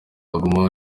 aguma